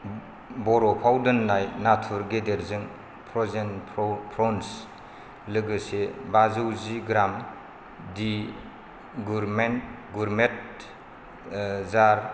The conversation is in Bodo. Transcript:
बरफाव दोन्नाय नाथुर गेदेरजों फ्र'जेन प्र'न्स लोगोसे बाजौ जि ग्राम दि गुरमेन्ट जार